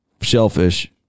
Shellfish